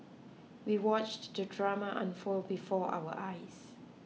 we watched the drama unfold before our eyes